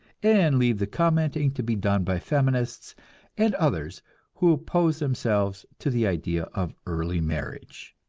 and leave the commenting to be done by feminists and others who oppose themselves to the idea of early marriage.